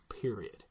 Period